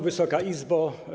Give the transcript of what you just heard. Wysoka Izbo!